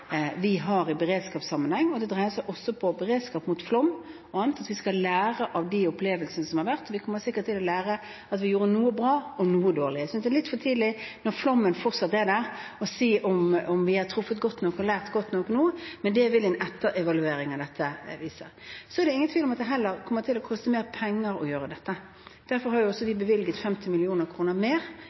vi gjør i beredskapssammenheng – og det gjelder også beredskap mot flom og annet – at vi skal lære av de opplevelsene som har vært. Vi kommer sikkert til å lære at vi gjorde noe bra og noe dårlig. Jeg synes det er litt for tidlig, når flommen fortsatt er der, å si om vi har truffet godt nok og lært godt nok nå, men det vil en etterevaluering av dette vise. Så er det heller ingen tvil om at det kommer til å koste mer penger å gjøre dette. Derfor har vi også foreslått for Stortinget å bevilge 50 mill. kr mer